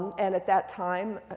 and at that time,